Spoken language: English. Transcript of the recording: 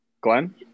Glenn